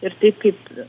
ir taip kaip